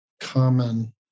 common